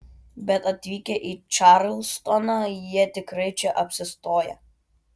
bet atvykę į čarlstoną jie tikrai čia apsistoja